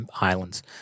islands